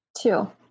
Two